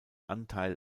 anteil